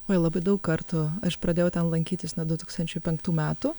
oi labai daug kartų aš pradėjau ten lankytis nuo du tūkstančiai penktų metų